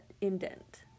indent